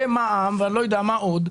ומע"מ ואני לא יודע מה עוד.